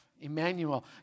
Emmanuel